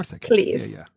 Please